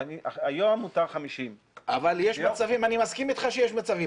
נניח שהיום מותר 50. אני מסכים איתך שיש מצבים.